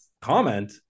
comment